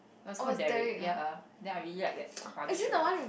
was called Derrick ya then I really like that Barbie show